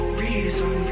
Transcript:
reason